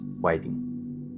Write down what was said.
waiting